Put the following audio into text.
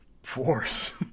Force